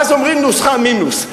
ואז אומרים: נוסחה מינוס,